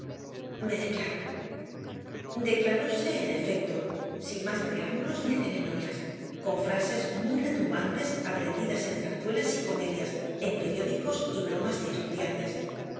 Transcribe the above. me declaro declaróse en efecto sin más preámbulos ni ceremonias con frases muy retumbantes aprendidas en zarzuelas y comedias en periódicos y bromas de estudiantes